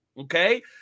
Okay